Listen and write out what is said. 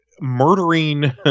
murdering